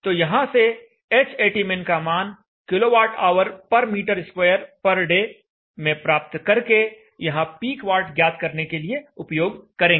तो यहां से Hatmin का मान kilowatt hour per meter square per day में प्राप्त करके यहां पीक वाट ज्ञात करने के लिए उपयोग करेंगे